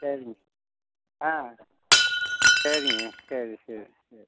சரிங்க ஆ சரிங்க சரி சரி சரி